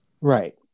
Right